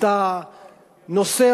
את הנושא,